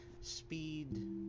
speed